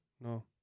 No